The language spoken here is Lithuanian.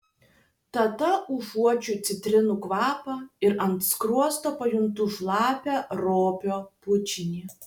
tada užuodžiu citrinų kvapą ir ant skruosto pajuntu šlapią robio bučinį